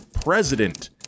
President